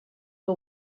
que